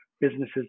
businesses